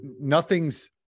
nothing's